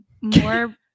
more